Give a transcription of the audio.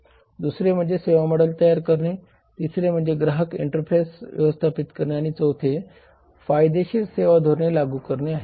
दुसरे म्हणजे सेवा मॉडेल तयार करणे तिसरे म्हणजे ग्राहक इंटरफेस व्यवस्थापित करणे आणि 4 था फायदेशीर सेवा धोरणे लागू करणे आहे